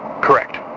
Correct